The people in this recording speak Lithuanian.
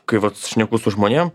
kai vat šneku su žmonėm